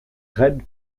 raid